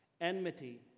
enmity